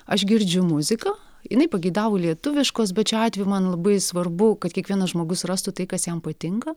aš girdžiu muziką jinai pageidavo lietuviškos bet šiuo atveju man labai svarbu kad kiekvienas žmogus rastų tai kas jam patinka